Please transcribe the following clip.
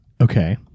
Okay